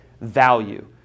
value